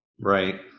Right